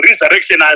resurrection